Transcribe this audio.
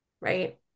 right